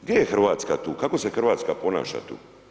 Gdje je Hrvatska tu, kako se Hrvatska ponaša tu?